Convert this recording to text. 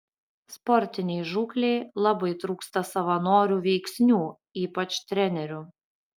sportinei žūklei labai trūksta savanorių veiksnių ypač trenerių